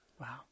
Wow